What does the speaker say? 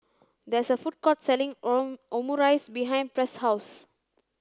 there is a food court selling Omurice behind Press' house